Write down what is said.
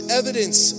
evidence